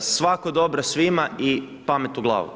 Svako dobro svima i pamet u glavu.